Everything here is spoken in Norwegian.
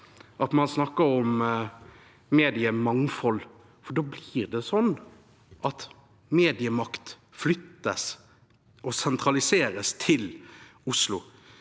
at man snakker om mediemangfold. For da blir det slik at mediemakt flyttes og sentraliseres til Oslo